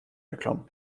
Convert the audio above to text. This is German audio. erklomm